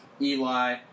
Eli